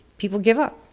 people give up.